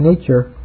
nature